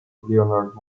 leonard